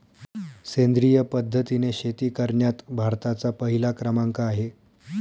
सेंद्रिय पद्धतीने शेती करण्यात भारताचा पहिला क्रमांक आहे